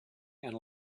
and